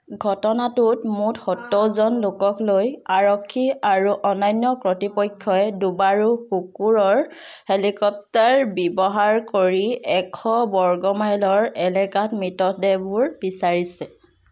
ঘটনাটোত মুঠ সত্তৰ জন লোকক লৈ আৰক্ষী আৰু অন্যান্য কৰ্তৃপক্ষই ডুবাৰু কুকুৰৰ হেলিকপ্টাৰ ব্যৱহাৰ কৰি এশ বৰ্গমাইলৰ এলেকাত মৃতদেহবোৰ বিচাৰিছে